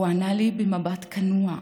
הוא ענה לי במבט כנוע: